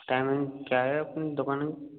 timing क्या है अपनी दुकान की